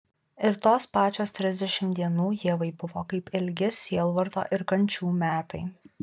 ir tos pačios trisdešimt dienų ievai buvo kaip ilgi sielvarto ir kančių metai